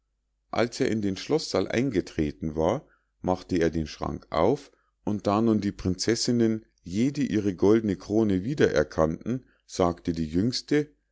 als er in den schloßsaal eingetreten war machte er den schrank auf und da nun die prinzessinnen jede ihre goldne krone wieder erkannten sagte die jüngste